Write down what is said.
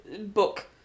book